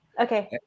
Okay